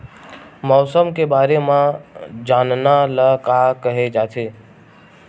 मौसम के बारे म जानना ल का कहे जाथे?